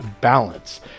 balance